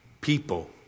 people